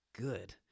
good